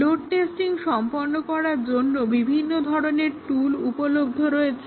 load testing সম্পন্ন করার জন্য বিভিন্ন ধরনের টুল উপলব্ধ রয়েছে